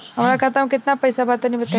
हमरा खाता मे केतना पईसा बा तनि बताईं?